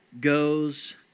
goes